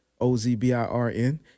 O-Z-B-I-R-N